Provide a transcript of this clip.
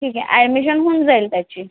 ठीक आहे ॲडमिशन होऊन जाईल त्याची